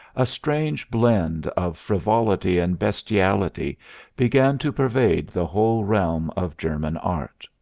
a strange blend of frivolity and bestiality began to pervade the whole realm of german art.